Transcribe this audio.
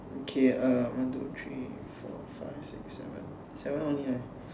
okay uh one two three four five six seven seven only leh